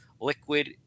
liquid